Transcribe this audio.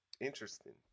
Interesting